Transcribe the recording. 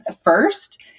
first